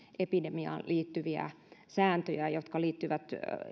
epidemiaan liittyviä sääntöjä jotka liittyvät